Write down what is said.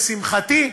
לשמחתי,